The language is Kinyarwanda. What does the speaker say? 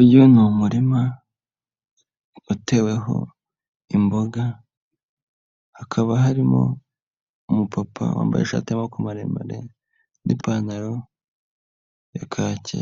Uyu ni umurima wateweho imboga hakaba harimo umupapa wambaye ishati y'amaboko maremare n'ipantaro ya kake